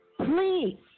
please